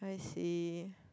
I see